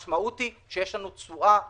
המשמעות היא שיש לנו תשואה נמוכה.